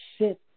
sit